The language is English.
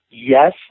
Yes